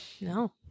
No